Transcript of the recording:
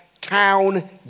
town